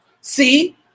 See